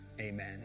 amen